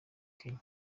kenya